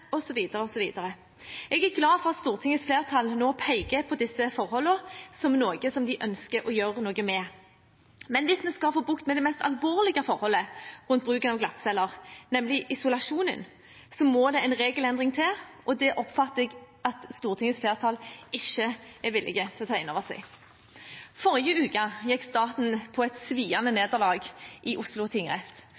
Jeg er glad for at stortingsflertallet nå peker på disse forholdene som noe som de ønsker å gjøre noe med. Men hvis vi skal få bukt med det mest alvorlige forholdet rundt bruken av glattceller, nemlig isolasjonen, må det en regelendring til, og det oppfatter jeg at Stortingets flertall ikke er villig til å ta innover seg. I forrige uke gikk staten på et sviende